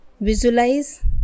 visualize